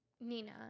Nina